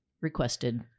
requested